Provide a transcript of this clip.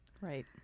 right